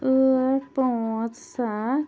ٲٹھ پٲنٛژھ سَتھ